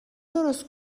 درست